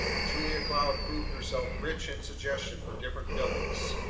and julia cloud proved herself rich in suggestion for different fillings,